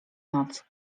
noc